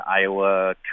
Iowa